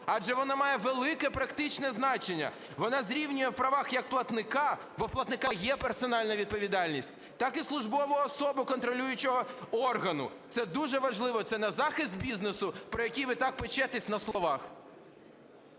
адже вона має велике практичне значення, вона зрівнює в правах як платника, бо в платника є персональна відповідальність, так і службову особу контролюючого органу. Це дуже важливо, це на захист бізнесу, про який ви так печетесь на словах.